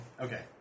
Okay